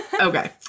Okay